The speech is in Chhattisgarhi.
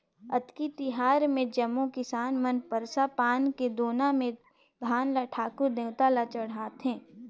अक्ती तिहार मे जम्मो किसान मन परसा पान के दोना मे धान ल ठाकुर देवता ल चढ़ाथें